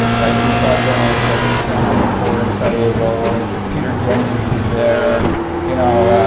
right? we saw journalists like christiana amanpour in sarajevo, and peter jennings was there, and you know,